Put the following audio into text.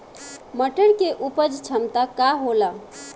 मटर के उपज क्षमता का होला?